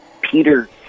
Peter